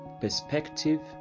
perspective